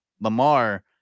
Lamar